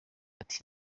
ati